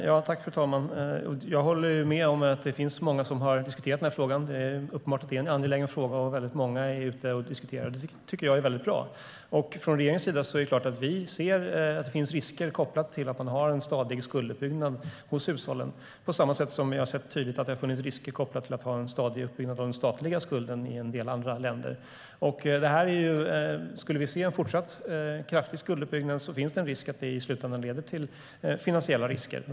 Fru talman! Jag håller med om att det finns många som har diskuterat frågan. Det är uppenbart att det är en angelägen fråga, och många diskuterar den. Det är bra. Regeringen ser att det finns risker kopplade till att det finns en stadig skulduppbyggnad hos hushållen, på samma sätt som vi tydligt har sett att det finns risker kopplade till en stadig uppbyggnad av den statliga skulden i en del andra länder. Om vi fortsätter att se en kraftig skulduppbyggnad finns en risk att den leder till finansiella risker.